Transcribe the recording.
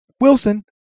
Wilson